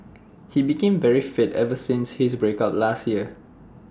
he became very fit ever since his break up last year